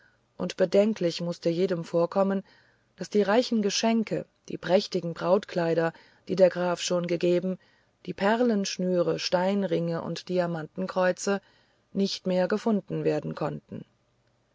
und bedenklich mußte jedem vorkommen daß die reichen geschenke die prächtigen brautkleider die der graf schon gegeben die perlenschnüre steinringe und diamantenkreuze nicht mehr gefunden werden konnten